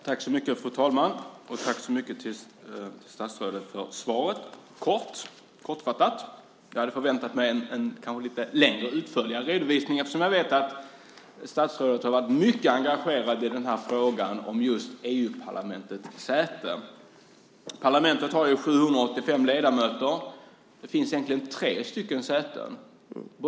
Fru talman! Jag tackar statsrådet så mycket för svaret, men det var kortfattat. Jag hade förväntat mig en längre och utförligare redovisning, eftersom jag vet att statsrådet har varit mycket engagerad i frågan om EU-parlamentets säten. Parlamentet har 785 ledamöter. Det finns egentligen tre säten.